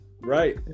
Right